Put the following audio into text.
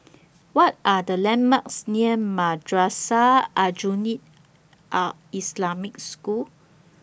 What Are The landmarks near Madrasah Aljunied Al Islamic School